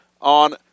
on